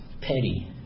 petty